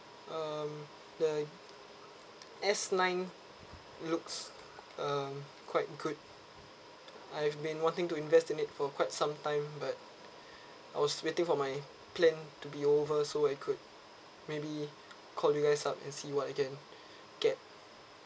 um that I~ S nine looks um quite good I've been wanting to invest in it for quite some time but I was waiting for my plan to be over so I could maybe call you guys up and see what I can get